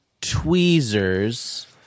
tweezers